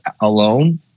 alone